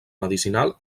medicinal